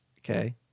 okay